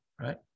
Right